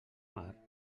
mar